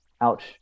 ouch